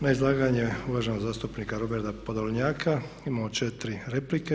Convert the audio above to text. Na izlaganje uvaženog zastupnika Roberta Podolnjaka imamo 4 replike.